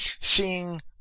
seeing